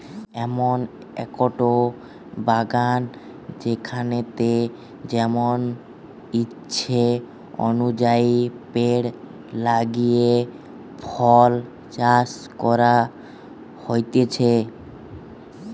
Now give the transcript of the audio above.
এমন একটো বাগান যেখানেতে যেমন ইচ্ছে অনুযায়ী পেড় লাগিয়ে ফল চাষ করা হতিছে